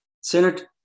Senate